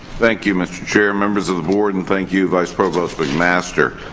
thank you, mister chair, members of the board. and thank you, vice provost mcmaster.